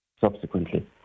subsequently